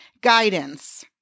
guidance